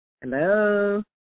Hello